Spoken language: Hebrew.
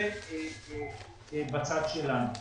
זה בצד שלנו.